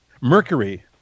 Mercury